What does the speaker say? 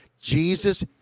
Jesus